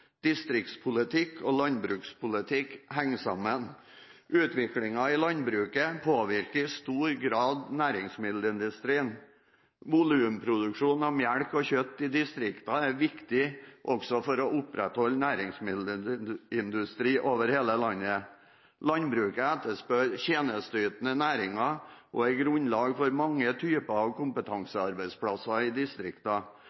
Distriktspolitikk og landbrukspolitikk henger sammen. Utviklingen i landbruket påvirker i stor grad næringsmiddelindustrien. Volumproduksjonen av melk og kjøtt i distriktene er viktig for å opprettholde næringsmiddelindustri over hele landet. Landbruket etterspør tjenesteytende næringer og er grunnlag for mange typer